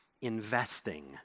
Investing